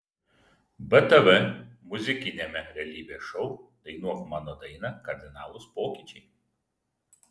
btv muzikiniame realybės šou dainuok mano dainą kardinalūs pokyčiai